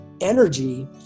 energy